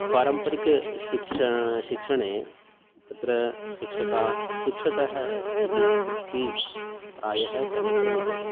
पारम्परिकशिक्ष शिक्षणे तत्र शिक्षका शिक्षकः इति वृत्तिः प्रायः सर्वत्र विद्यते